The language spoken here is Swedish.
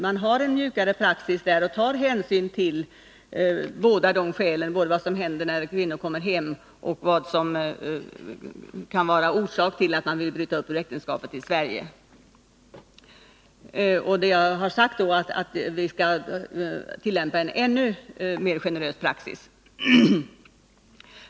Man har en mjukare praxis och tar hänsyn till båda skälen — vad som händer när kvinnan kommer hem och vad som kan vara orsak till att hon vill bryta upp ur äktenskapet i Sverige. Jag har nu sagt att vi skall tillämpa en ännu mer generös praxis.